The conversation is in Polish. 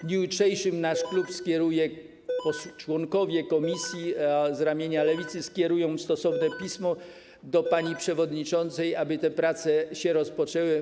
W dniu jutrzejszym nasz klub skieruje, członkowie komisji z ramienia Lewicy skierują stosowne pismo do pani przewodniczącej, aby te prace się rozpoczęły.